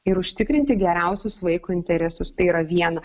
ir užtikrinti geriausius vaiko interesus tai yra viena